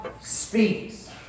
speaks